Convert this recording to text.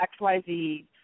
XYZ